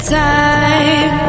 time